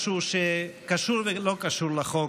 משהו שקשור ולא קשור לחוק,